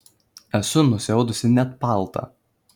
esu nusiaudusi net paltą